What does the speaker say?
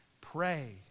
pray